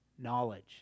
knowledge